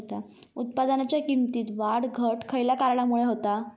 उत्पादनाच्या किमतीत वाढ घट खयल्या कारणामुळे होता?